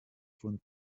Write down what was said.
von